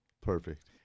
perfect